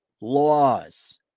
laws